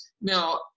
now